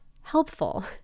helpful